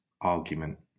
argument